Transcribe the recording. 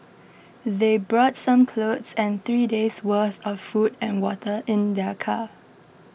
they brought some clothes and three days' worth of food and water in their car